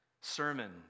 sermon